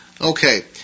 Okay